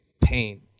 pain